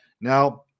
Now